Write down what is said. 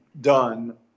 done